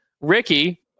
ricky